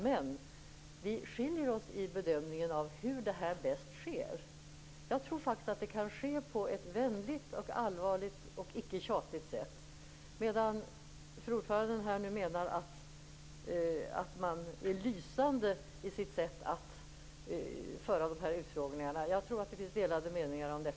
Men vi skiljer oss i bedömningen av hur detta bäst kan ske. Jag tror faktiskt att det kan ske på ett vänligt, allvarligt och icke tjatigt sätt. Fru ordföranden sade att man var lysande i sitt sätt att sköta utfrågningarna. Jag tror att det finns delade meningar om det.